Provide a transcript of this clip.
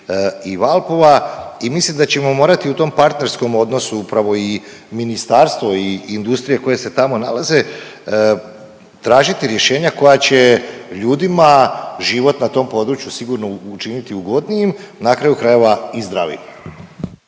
i Valpova i mislim da ćemo morati u tom partnerskom odnosu upravo i ministarstvo i industrije koje se tamo nalaze, tražiti rješenja koja će ljudima život na tom području sigurno učiniti ugodnijim, na kraju krajeva i zdravijim.